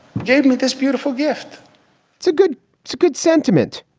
gave me this beautiful gift it's a good it's a good sentiment.